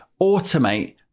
automate